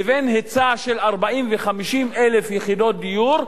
לבין היצע של 40,000 ו-50,000 יחידות דיור,